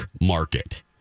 Market